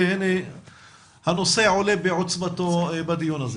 והנה הנושא עולה בעוצמתו בדיון הזה.